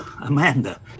Amanda